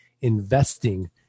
investing